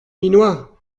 minois